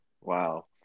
wow